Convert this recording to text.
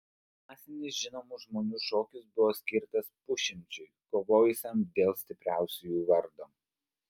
masinis žinomų žmonių šokis buvo skirtas pusšimčiui kovojusiam dėl stipriausiųjų vardo